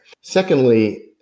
Secondly